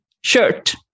shirt